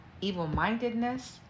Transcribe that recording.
evil-mindedness